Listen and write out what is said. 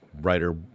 writer